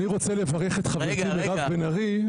אני רוצה לברך את חברתי, מירב בן ארי.